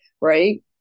right